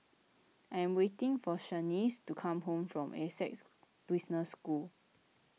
I am waiting for Shaniece to come home from Essec Business School